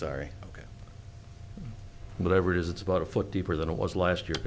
sorry whatever it is it's about a foot deeper than it was last year